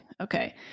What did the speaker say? Okay